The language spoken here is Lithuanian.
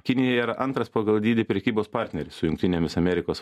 kinija yra antras pagal dydį prekybos partneris su jungtinėmis amerikos